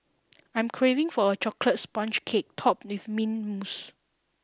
I am craving for a chocolate sponge cake topped with mint mousse